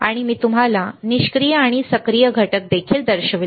आणि मी तुम्हाला निष्क्रिय आणि सक्रिय घटक देखील दर्शविले